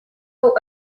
aux